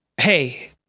Hey